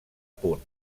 punt